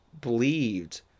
believed